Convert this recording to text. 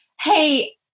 Hey